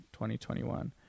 2021